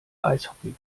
eishockey